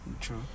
True